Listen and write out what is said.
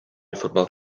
football